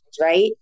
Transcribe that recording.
right